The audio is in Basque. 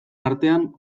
artean